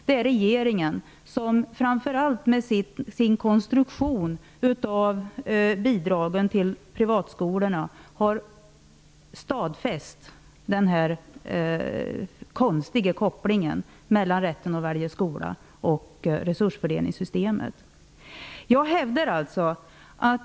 Det är regeringen som, framför allt genom sin konstruktion av bidragen till privatskolorna, har stadfäst den här konstiga kopplingen mellan rätten att välja skola och resursfördelningssystemet.